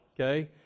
okay